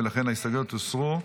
ולכן ההסתייגויות הוסרו.